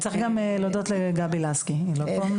צריך גם להודות לגבי לסקי, היא לא פה.